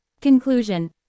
Conclusion